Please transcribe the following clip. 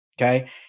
okay